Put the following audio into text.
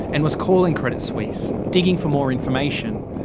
and was calling credit suisse, digging for more information.